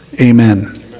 Amen